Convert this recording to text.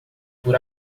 por